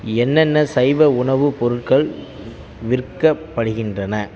என்னென்ன சைவ உணவுப் பொருட்கள் விற்கப்படுகின்றன